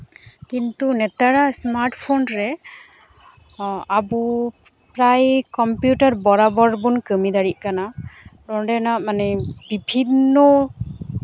ᱠᱤᱱᱛᱩ ᱱᱮᱛᱟᱨᱟᱜ smart phone ᱨᱮ ᱟᱵᱚ ᱯᱨᱟᱭ ᱠᱚᱢᱯᱤᱭᱩᱴᱟᱨ ᱵᱚᱨᱟᱵᱚᱨ ᱵᱚᱱ ᱠᱟᱹᱢᱤ ᱫᱟᱲᱮᱭᱟᱜ ᱠᱟᱱᱟ ᱚᱸᱰᱮ ᱱᱟᱜ ᱢᱟᱱᱮ ᱵᱤᱵᱷᱤᱱᱱᱚ